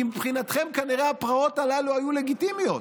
מבחינתכם כנראה הפרעות הללו היו לגיטימיות,